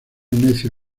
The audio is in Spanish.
necio